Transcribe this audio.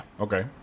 okay